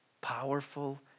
powerful